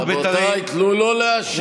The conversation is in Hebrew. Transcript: אנחנו בית"רים, רבותיי, תנו לו להשיב.